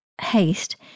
haste